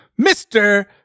mr